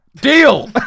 deal